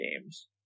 games